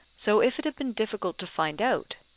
so if it had been difficult to find out,